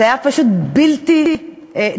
זה היה פשוט בלתי נתפס,